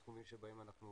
התחומים שבהם אנחנו